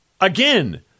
Again